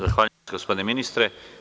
Zahvaljujem, gospodine ministre.